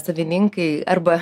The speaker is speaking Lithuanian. savininkai arba